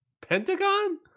Pentagon